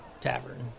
tavern